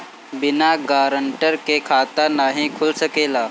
बिना गारंटर के खाता नाहीं खुल सकेला?